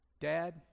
dad